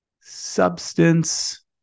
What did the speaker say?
substance